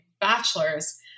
bachelor's